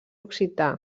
occità